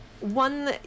one